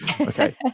Okay